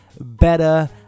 better